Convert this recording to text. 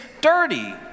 dirty